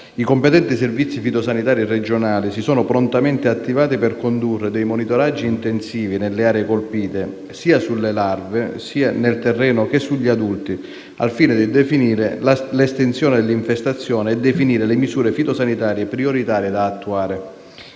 I competenti servizi fitosanitari regionali si sono prontamente attivati per condurre monitoraggi intensivi nelle aree colpite, sia sulle larve nel terreno che sugli adulti, al fine di definire l'estensione dell'infestazione e definire le misure fitosanitarie prioritarie da attuare.